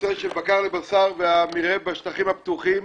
לנושא של בשר לבקר והמרעה בשטחים הפתוחים